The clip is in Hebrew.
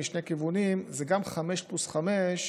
משני כיוונים: זה גם חמש פלוס חמש,